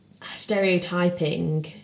stereotyping